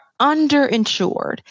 underinsured